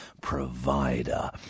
provider